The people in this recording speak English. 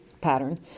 pattern